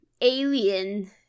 alien